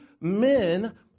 men